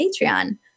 Patreon